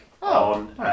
on